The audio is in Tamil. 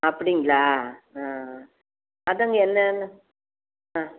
அப்படிங்களா ஆ அதுதாங்க எந்த ஆ